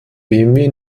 bmw